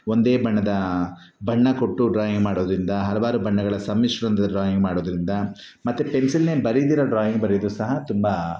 ಒಂದೇ ಬಣ್ಣದ ಬಣ್ಣ ಕೊಟ್ಟು ಡ್ರಾಯಿಂಗ್ ಮಾಡೋದರಿಂದ ಹಲವಾರು ಬಣ್ಣಗಳ ಸಮ್ಮಿಶ್ರಣದ ಡ್ರಾಯಿಂಗ್ ಮಾಡೋದರಿಂದ ಮತ್ತು ಪೆನ್ಸಿಲ್ನೇ ಬರಿದಿರ ಡ್ರಾಯಿಂಗ್ ಬರಿದು ಸಹ ತುಂಬ